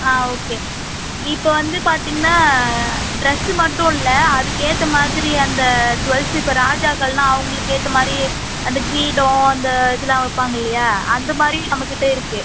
ஆ okay இப்போ வந்து பார்த்தீங்கன்னா ட்ரெஸ்ஸு மட்டும் இல்லை அதுக்கேற்ற மாதிரி அந்த ஜுவல்ஸ்ஸு இப்போ ராஜாக்கள்னா அவங்களுக்கு ஏற்ற மாதிரி அந்த க்ரீடம் அந்த இதெலாம் வைப்பாங்க இல்லையா அந்த மாதிரியும் நம்மகிட்ட இருக்கு